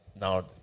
now